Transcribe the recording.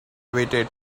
waited